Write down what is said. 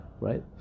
right